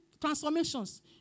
transformations